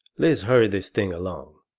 let's hurry this thing along!